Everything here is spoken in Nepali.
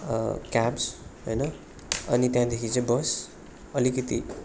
क्याब्स होइन अनि त्यहाँदेखि चाहिँ बस अलिकति